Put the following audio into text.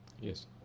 Yes